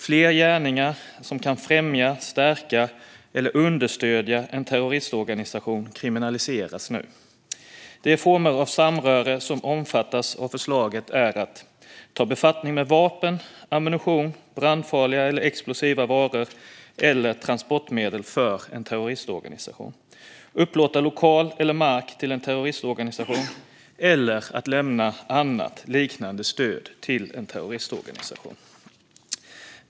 Fler gärningar som kan främja, stärka eller understödja en terroristorganisation kriminaliseras nu. "De former av samröre som avses är att ta befattning med vapen, ammunition, brandfarliga eller explosiva varor eller transportmedel för en terroristorganisation upplåta lokal eller mark till en terroristorganisation eller lämna annat liknande stöd till en terroristorganisation.